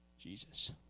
jesus